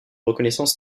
reconnaissance